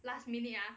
last minute ah